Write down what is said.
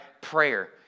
prayer